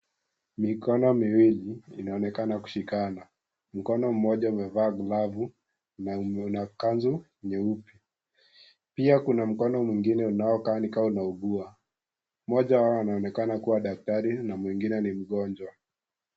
Mikono miwili inaonekana kushikana, mkono mmoja umevaa glavu na una kanzu nyeupe pia kuna mkono mwingine unaokaa ni kama unaugua, mmoja wao anaonekana kuwa daktari na mwingine mgonjwa.